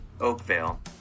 Oakvale